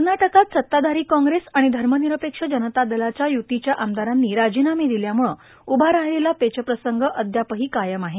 कर्नाटकात सत्तापारी कोंप्रेस आणि धर्मनिरपेक्ष जनता दलव्या युतीच्या आमदारांनी राजीनामे दिल्यामुळ उभा राहिलेला पेचप्रसंग अधापक्षी कायम आहे